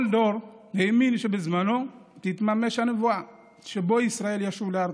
כל דור האמין שבזמנו תתממש הנבואה ועם ישראל ישוב לארצו.